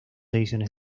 ediciones